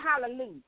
hallelujah